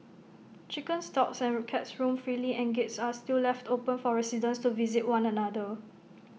chickens dogs and cats roam freely and gates are still left open for residents to visit one another